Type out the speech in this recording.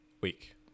week